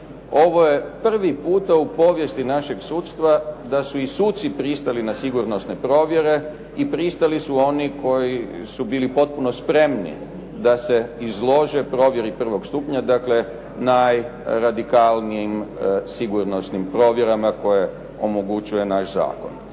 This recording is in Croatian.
Ovo je prvi puta u povijesti našeg sudstva da su i suci pristali na sigurnosne provjere i pristali su oni koji su bili potpuno spremni da se izlože provjeri prvog stupnja, dakle najradikalnijim sigurnosnim provjerama koje omogućuje naš zakon.